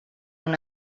una